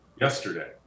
yesterday